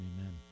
amen